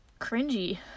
cringy